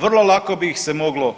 Vrlo lako bi ih se moglo